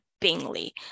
Bingley